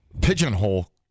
pigeonhole